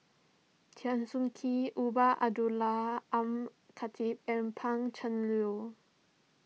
Teo Soon Kim Abdullah Al Khatib and Pan Cheng Lui